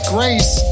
Grace